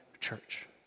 Church